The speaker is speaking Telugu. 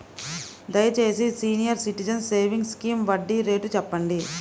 దయచేసి సీనియర్ సిటిజన్స్ సేవింగ్స్ స్కీమ్ వడ్డీ రేటు చెప్పండి